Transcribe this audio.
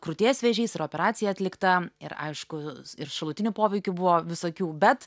krūties vėžys ir operacija atlikta ir aišku ir šalutinių poveikių buvo visokių bet